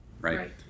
right